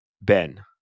Ben